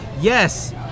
yes